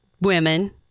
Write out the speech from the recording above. women